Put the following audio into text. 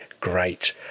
great